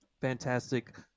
Fantastic